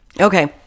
Okay